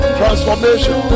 transformation